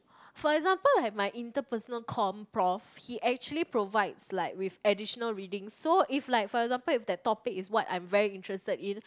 for example I have my interpersonal comm prof he actually provides like with additional readings so if like for example if that topic is what I'm very interested in